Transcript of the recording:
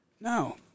no